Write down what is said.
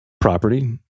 property